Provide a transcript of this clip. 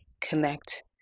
connect